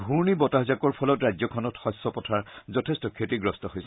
ঘূৰ্ণি বতাহজাকৰ ফলত ৰাজ্যখনত শস্য পথাৰ যথেঠ ক্ষতিগ্ৰস্ত হৈছে